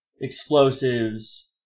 explosives